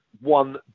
one